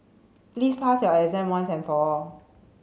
please pass your exam once and for all